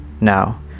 Now